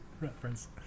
reference